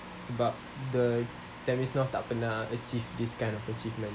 but the tampines north tak pernah achieve this kind of achievement